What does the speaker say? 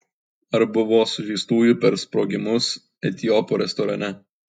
ar buvo sužeistųjų per sprogimus etiopo restorane